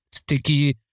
sticky